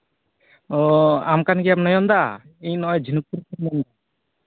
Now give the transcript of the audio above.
ᱚ ᱟᱢ ᱠᱟᱱ ᱜᱮᱭᱟᱢ ᱱᱚᱭᱚᱱᱫᱟ ᱤᱧ ᱱᱚᱜᱼᱚᱭ ᱡᱷᱤᱱᱩᱠᱯᱩᱨ ᱠᱷᱚᱱᱤᱧ ᱞᱟᱹᱭᱫᱟ